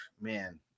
man